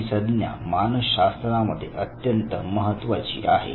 ही सज्ञा मानसशास्त्रामध्ये अत्यंत महत्त्वाची आहे